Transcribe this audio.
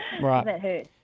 right